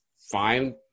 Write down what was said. fine